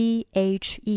T-H-E